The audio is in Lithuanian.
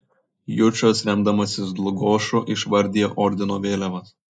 jučas remdamasis dlugošu išvardija ordino vėliavas